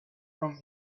from